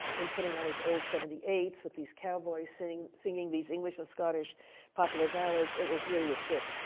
him putting on his old seventy eight s with these cowboys singing singing these english and scottish popular ballads. it was really a trip.